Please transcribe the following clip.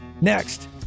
Next